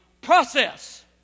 process